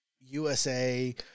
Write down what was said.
USA